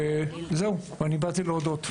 ובאתי להודות.